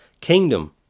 kingdom